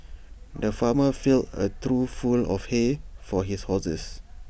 the farmer filled A trough full of hay for his horses